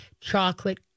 chocolate